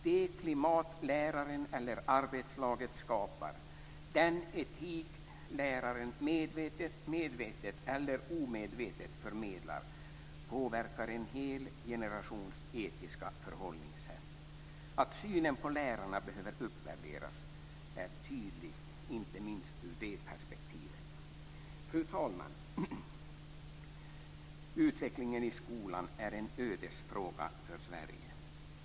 Det klimat läraren eller arbetslaget skapar och den etik läraren medvetet eller omedvetet förmedlar påverkar en hel generations etiska förhållningssätt. Att synen på lärarna behöver uppvärderas är tydligt, inte minst ur det perspektivet. Fru talman! Utvecklingen i skolan är en ödesfråga för Sverige.